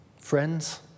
friends